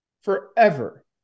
forever